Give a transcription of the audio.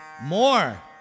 more